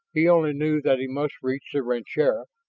he only knew that he must reach the rancheria,